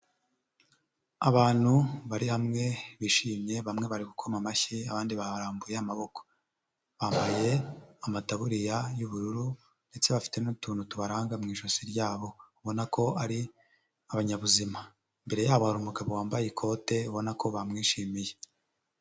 Abantu bari hamwe bishimye, bamwe bari gukoma amashyi abandi barambuye amaboko. Bambaye amataburiya y'ubururu ndetse bafite n'utuntu tubaranga mu ijosi ryabo, ubona ko ari abanyabuzima. Imbere yabo hari umugabo wambaye ikote ubona ko bamwishimiye.